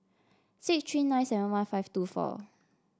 six three nine seven one five two four